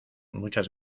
muchas